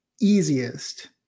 easiest